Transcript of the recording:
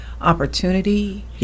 opportunity